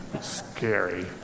Scary